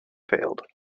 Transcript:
failed